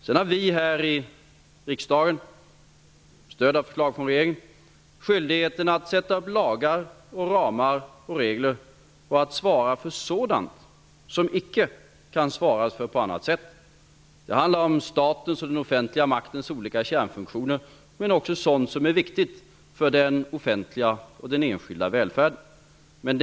Riksdagen har, med stöd av förslag från regeringen, skyldigheten att stifta lagar, fastställa ramar och regler, och att svara för sådant som icke kan svaras för på annat sätt. Det handlar om statens och den offentliga maktens olika kärnfunktioner men också om sådant som är viktigt för den offentliga och den enskilda välfärden.